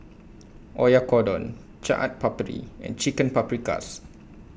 Oyakodon Chaat Papri and Chicken Paprikas